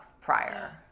prior